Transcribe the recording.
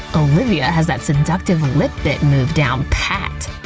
olivia has that seductive lip-bit move down pat.